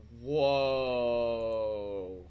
whoa